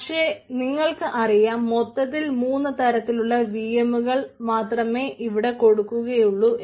പക്ഷേ നിങ്ങൾക്ക് അറിയാം മൊത്തത്തിൽ മൂന്നു തരത്തിലുള്ള വി എം കൾ മാത്രമേ ഇവിടെ കൊടുക്കുകയുള്ളു